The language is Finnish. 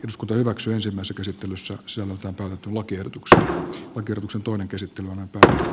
iskut olivat löysemmässä käsittelyssä asia mutta tonttulakiehdotukset kyroksen toinen käsittely on pitää